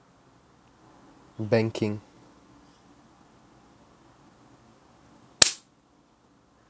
banking